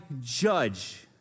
judge